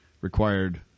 required